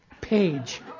page